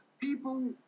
people